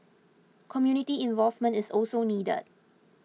community involvement is also needed